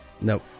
Nope